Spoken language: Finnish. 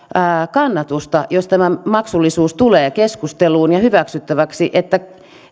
kannatusta sitten jos tämä maksullisuus tulee keskusteluun ja hyväksyttäväksi niin että